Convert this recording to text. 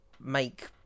make